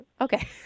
Okay